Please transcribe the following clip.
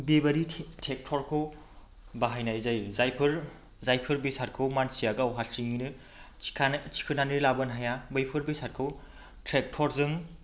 बेबायदि ट्रेक्ट'रखौ बाहायनाय जायो जायफोर बेसादखौ मानसिया गाव हारसिङैनो थिखांनानै लाबोनो हाया बैफोर बेसादखौ ट्रेक्ट'रजों